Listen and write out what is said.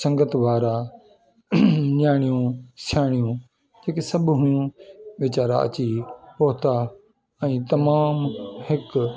संगत वारा न्याणियूं साणियूं जेके सभु हुयूं वीचारा अची पहुंता ऐं तमामु हिकु